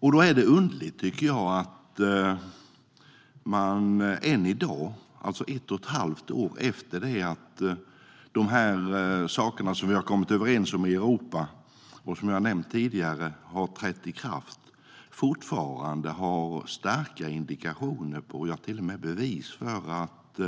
Då är det underligt att det än i dag, ett och ett halvt år efter att det som vi kommit överens om i Europa har trätt i kraft, finns starka indikationer på, till och med bevis för, att